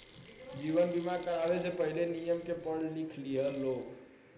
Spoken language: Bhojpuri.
जीवन बीमा करावे से पहिले, नियम के पढ़ लिख लिह लोग